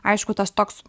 aišku tas toks